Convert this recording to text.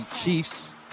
Chiefs